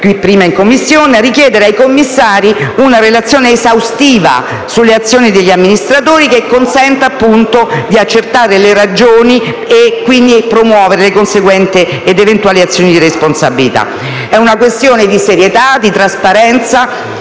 e poc'anzi in Assemblea, per richiedere ai commissari una relazione esaustiva sulle azioni degli amministratori che consenta, appunto, di accertare le ragioni e, quindi, promuovere le conseguenti ed eventuali azioni di responsabilità. Si tratta di una questione di serietà e trasparenza